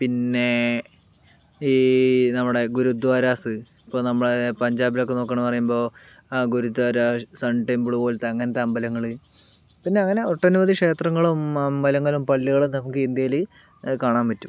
പിന്നെ ഈ നമ്മുടെ ഗുരുദ്വാരാസ് ഇപ്പം നമ്മുടെ പഞ്ചാബിലൊക്കെ നോക്കണന്ന് പറയുമ്പോൾ ആ ഗുരുദ്വാര സൺ ടെംപിള് പോലത്തെ അങ്ങനത്തെ അമ്പലങ്ങള് പിന്നെ അങ്ങനെ ഒട്ടനവധി ക്ഷേത്രങ്ങളും അമ്പലങ്ങളും പള്ളികളും നമുക്ക് ഇന്ത്യയില് കാണാൻ പറ്റും